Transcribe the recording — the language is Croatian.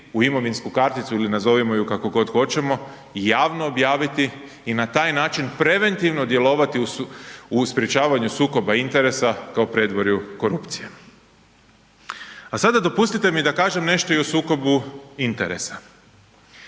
u imovinsku karticu ili nazovimo ju kako god hoćemo, javno objaviti i na taj način preventivno djelovati u sprječavanju sukoba interesa kao predvorju korupcije. A sada dopustite mi da kažem nešto i o sukobu interesa.